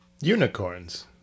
Unicorns